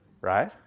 right